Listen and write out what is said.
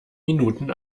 minuten